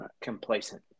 complacent